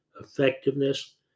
effectiveness